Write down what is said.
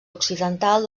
occidental